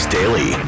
Daily